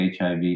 HIV